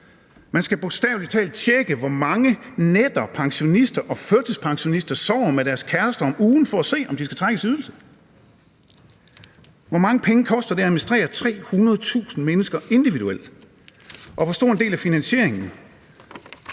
Man skal bogstavelig talt tjekke, netop hvor mange pensionister og førtidspensionister om ugen der sover med deres kærester, for at se, om de skal trækkes i ydelse. Hvor mange penge koster det at administrere 300.000 mennesker individuelt? Og hvor stor en del af finansieringen